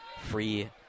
free